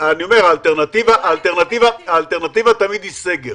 האלטרנטיבה היא תמיד סגר.